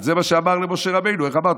זה מה שהוא אמר למשה רבנו, איך אמרת?